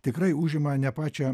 tikrai užima ne pačią